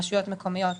שרשויות מקומיות,